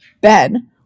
Ben